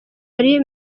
ari